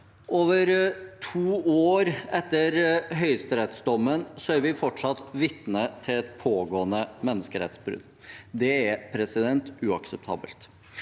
Over to år etter høyesterettsdommen er vi fortsatt vitne til et pågående menneskerettsbrudd. Det er uakseptabelt.